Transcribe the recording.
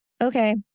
Okay